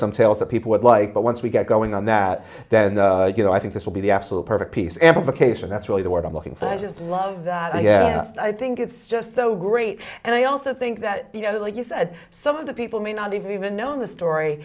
some tales that people would like but once we get going on that then you know i think this will be the absolute perfect piece amplification that's really the word i'm looking for i just love that i think it's just so great and i also think that you know like you said some of the people may not even know the story